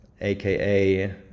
AKA